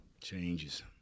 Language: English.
Changes